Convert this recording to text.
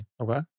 Okay